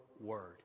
word